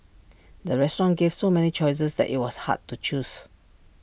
the restaurant gave so many choices that IT was hard to choose